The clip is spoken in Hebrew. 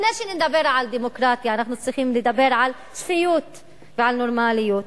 לפני שנדבר על דמוקרטיה אנחנו צריכים לדבר על שפיות ועל נורמליות.